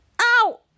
Ow